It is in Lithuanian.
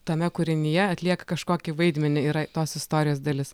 tame kūrinyje atlieka kažkokį vaidmenį yra tos istorijos dalis